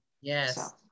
Yes